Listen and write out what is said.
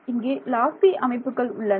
இங்கே லாசி அமைப்புக்கள் உள்ளன